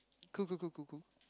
cool cool cool cool cool